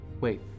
Wait